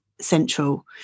central